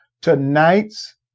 Tonight's